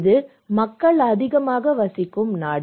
இது மக்கள் அதிகமாக வசிக்கும் நாடு